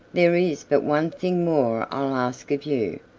there is but one thing more i'll ask of you.